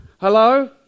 Hello